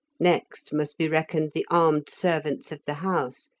next must be reckoned the armed servants of the house,